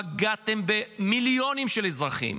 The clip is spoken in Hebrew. פגעתם במיליונים של אזרחים.